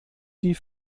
die